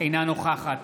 אינה נוכחת